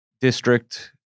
District